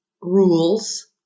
rules